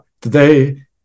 today